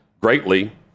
greatly